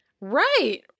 Right